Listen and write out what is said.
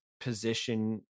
position